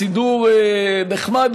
סידור נחמד,